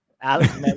Alex